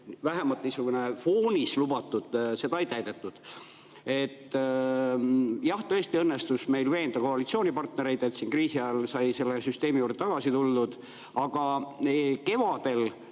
vähemalt foonina lubati, ei täidetud. Jah, tõesti õnnestus meil veenda koalitsioonipartnereid, et kriisi ajal sai selle süsteemi juurde tagasi tuldud. Aga kas kevadel